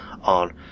on